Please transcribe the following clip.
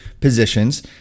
positions